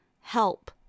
help